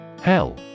Hell